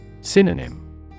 Synonym